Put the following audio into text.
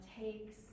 takes